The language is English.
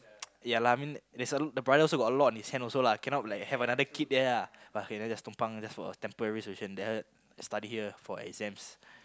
ya lah I mean that that's a the brother also got a lot on his hand also lah cannot like have another kid there ah but k then just tompang for a temporary solution then after that study here for exams